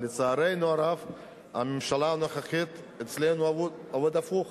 ולצערנו הרב הממשלה הנוכחית אצלנו עובדת הפוך: